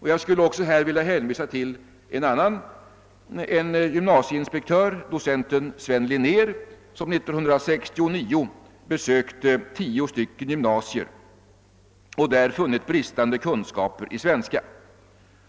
Jag skulle här också vilja hänvisa till gymnasieinspektören och docenten Sven Linnér, som 1969 besökte tio gymnasier och där fann bristande kunskaper i svenska.